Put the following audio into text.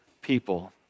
people